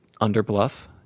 under-bluff